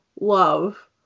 love